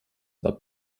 war